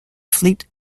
fleet